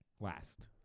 last